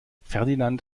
ferdinand